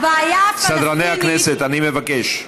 סדרני הכנסת, אני מבקש.